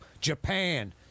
Japan